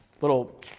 little